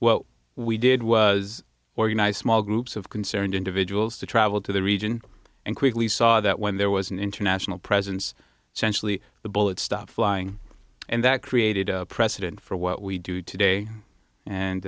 well we did was organized groups of concerned individuals to travel to the region and quickly saw that when there was an international presence sensually the bullets stopped flying and that created a precedent for what we do today and